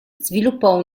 sviluppò